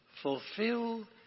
Fulfill